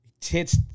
tits